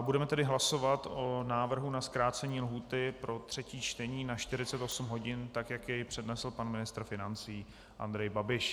Budeme tedy hlasovat o návrhu na zkrácení lhůty pro třetí čtení na 48 hodin, jak jej přednesl pan ministr financí Andrej Babiš.